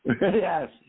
Yes